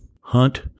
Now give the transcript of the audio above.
Hunt